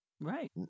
right